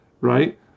right